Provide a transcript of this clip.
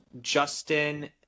Justin